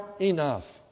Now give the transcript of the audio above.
enough